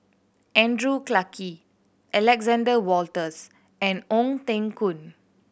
Andrew Clarke Alexander Wolters and Ong Teng Koon